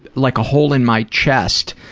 like a hole in my chest,